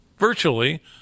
Virtually